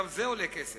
גם זה עולה כסף.